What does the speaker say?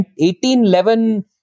1811